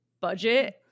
budget